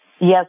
Yes